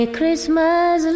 Christmas